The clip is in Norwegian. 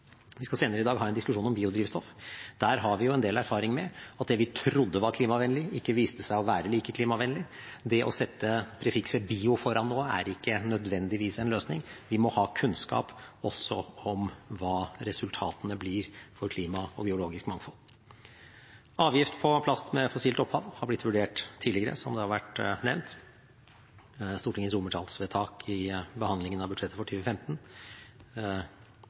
Vi skal senere i dag ha en diskusjon om biodrivstoff. Der har vi en del erfaring med at det vi trodde var klimavennlig, viste seg ikke å være like klimavennlig. Det å sette prefikset «bio» foran noe er ikke nødvendigvis en løsning. Vi må også ha kunnskap om hva resultatene blir for klima og biologisk mangfold. Avgift på plast med fossilt opphav har blitt vurdert tidligere, som det har vært nevnt. I behandlingen av budsjettet for